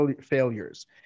failures